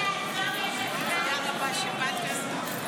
אם כן, להלן תוצאות ההצבעה: 63 בעד, 57 נגד.